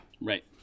Right